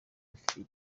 bifitiye